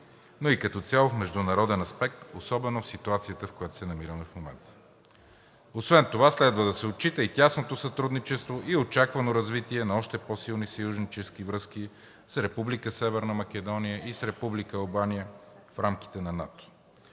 но и като цяло в международен аспект, особено в ситуацията, в която се намираме в момента. Освен това следва да се отчита и тясното сътрудничество и очаквано развитие на още по-силни съюзнически връзки с Република Северна